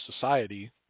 society